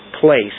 place